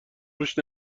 روش